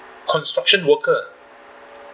construction worker